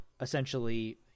essentially